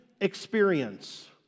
experience